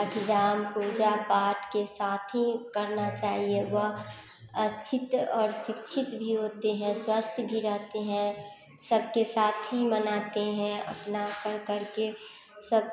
अष्टयाम पूजा पाठ के साथ ही करना चाहिए वह अक्षित और शिक्षित भी होते हैं स्वस्थ भी रहते हैं सबके साथ ही मनाते हैं अपनापन करके सब